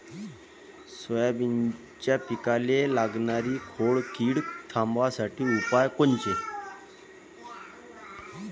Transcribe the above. सोयाबीनच्या पिकाले लागनारी खोड किड थांबवासाठी उपाय कोनचे?